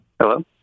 Hello